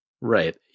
Right